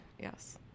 yes